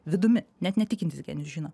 vidumi net netikintis genijus žino